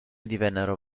divennero